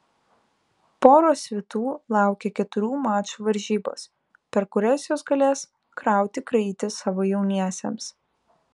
poros svitų laukia keturių mačų varžybos per kurias jos galės krauti kraitį savo jauniesiems